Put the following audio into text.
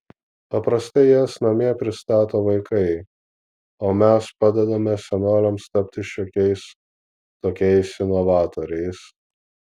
paprastai jas namie pristato vaikai o mes padedame senoliams tapti šiokiais tokiais inovatoriais